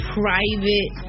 private